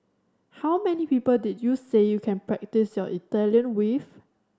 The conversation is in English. how many people did you say you can practise your Italian with